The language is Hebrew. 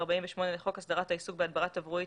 ו-48 לחוק הסדרת העיסוק בהדברה תברואית,